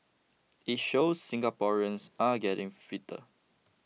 it shows Singaporeans are getting fitter